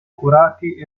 curati